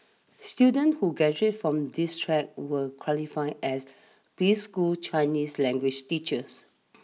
students who graduate from this track will qualify as preschool Chinese language's teachers